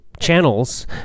Channels